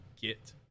get